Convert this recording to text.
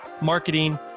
marketing